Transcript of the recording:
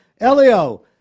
Elio